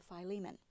Philemon